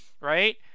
right